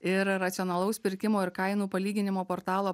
ir racionalaus pirkimo ir kainų palyginimo portalo